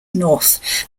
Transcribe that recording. north